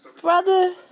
brother